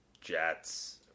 Jets